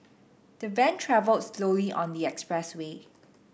the van travelled slowly on the express way